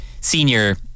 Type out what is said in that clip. Senior